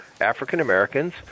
African-Americans